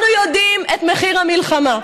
אנחנו יודעים את מחיר המלחמה.